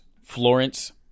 Florence